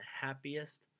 happiest